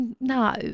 No